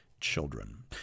children